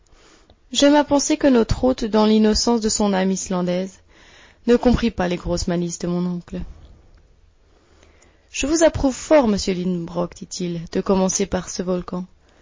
j'aime à penser que notre hôte dans l'innocence de son âme islandaise ne comprit pas les grosses malices de mon oncle je vous approuve fort monsieur lidenbrock dit-il de commencer par ce volcan